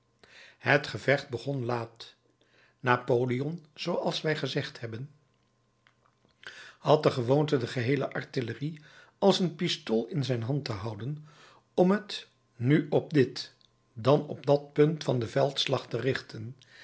het gevecht begon laat napoleon zooals wij gezegd hebben had de gewoonte de geheele artillerie als een pistool in zijn hand te houden om t nu op dit dan op dat punt van den veldslag te richten